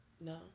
no